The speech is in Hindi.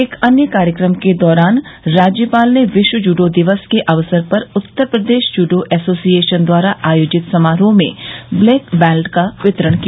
एक अन्य कार्यक्रम के दौरान राज्यपाल ने विश्व जूडो दिवस के अवसर पर उत्तर प्रदेश जूडो एसोसिएशन द्वारा आयोजित समारोह में ब्लैक बैल्ट का वितरण किया